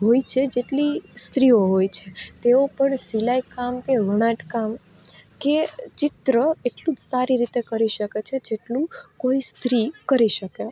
હોય છે જેટલી સ્ત્રીઓ હોય છે તેઓ પણ સિલાઈકામ કે વણાટકામ કે ચિત્ર એટલું જ સારી રીતે કરી શકે છે જેટલું કોઈ સ્ત્રી કરી શકે